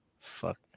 Fuck